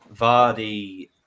Vardy